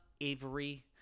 Avery